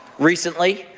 recently,